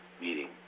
meeting